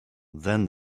then